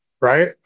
right